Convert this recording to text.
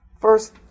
First